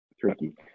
Tricky